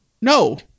No